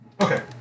Okay